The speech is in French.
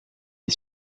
est